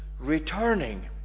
Returning